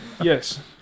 Yes